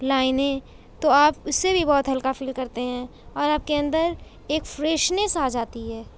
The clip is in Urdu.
لائنیں تو آپ اس سے بھی بہت ہلکا فیل کرتے ہیں اور آپ کے اندر ایک فریشنیس آ جاتی ہے